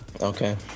Okay